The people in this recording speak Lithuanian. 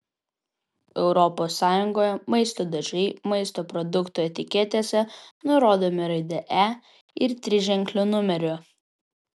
europos sąjungoje maisto dažai maisto produktų etiketėse nurodomi raide e ir triženkliu numeriu